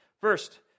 First